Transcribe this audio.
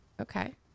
Okay